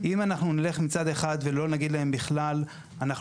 אם אנחנו נלך מצד אחד ולא נגיד להם בכלל אנחנו